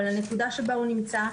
אבל הנקודה שבה הוא נמצא,